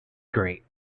great